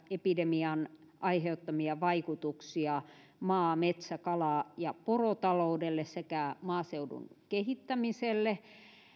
epidemian aiheuttamia vaikutuksia maa metsä kala ja porotaloudelle sekä maaseudun kehittämiselle